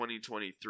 2023